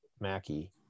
Mackie